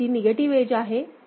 ही Cची negative edge आहे